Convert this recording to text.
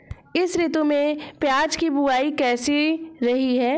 इस ऋतु में प्याज की बुआई कैसी रही है?